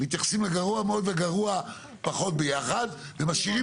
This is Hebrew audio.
מתייחסים לגרוע מאוד וגרוע פחות ביחד ומשאירים